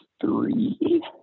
three